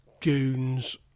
goons